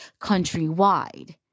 countrywide